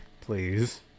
please